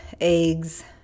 eggs